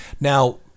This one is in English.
Now